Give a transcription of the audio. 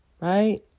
Right